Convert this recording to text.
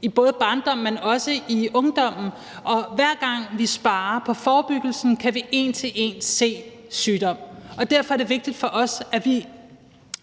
i både barndommen og ungdommen. Og hver gang vi sparer på forebyggelsen, kan vi en til en se sygdom, og derfor er det vigtigt for os, at vi